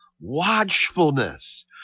watchfulness